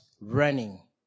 running